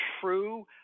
true